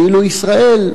ואילו ישראל,